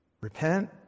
Repent